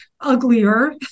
uglier